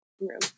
room